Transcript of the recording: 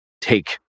take